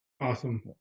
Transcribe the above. Awesome